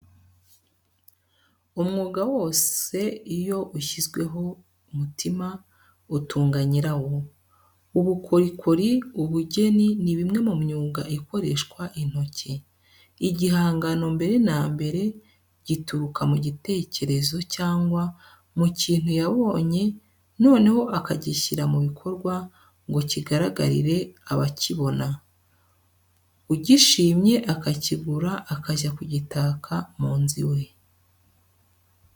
Umwuga wose iyo ushyizweho umutima, utunga nyirawo. Ubukorikori, ubugeni ni bimwe mu myuga ikoreshwa intoki. Igihangano mbere na mbere gituruka mu gitekerezo cyangwa mu kintu yabonye noneho akagishyira mu bikorwa ngo kigaragarire abakibona. Ugishimye akakigura, akajya kugitaka mu nzu iwe.